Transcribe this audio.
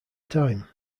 time